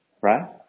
Right